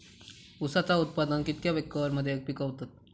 ऊसाचा उत्पादन कितक्या एकर मध्ये पिकवतत?